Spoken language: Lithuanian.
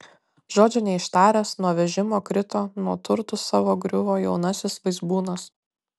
žodžio neištaręs nuo vežimo krito nuo turtų savo griuvo jaunasis vaizbūnas